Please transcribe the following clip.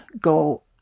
go